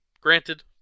Granted